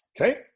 Okay